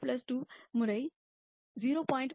2 2 முறை 0